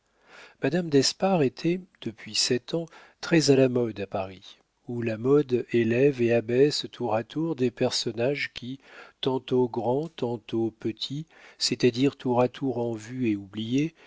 madame d'espard était depuis sept ans très à la mode à paris où la mode élève et abaisse tour à tour des personnages qui tantôt grands tantôt petits c'est-à-dire tour à tour en vue et oubliés